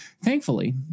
thankfully